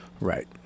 Right